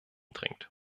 trinkt